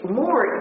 more